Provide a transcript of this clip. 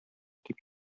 дип